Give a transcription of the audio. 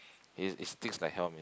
it it stinks like hell man